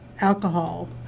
Alcohol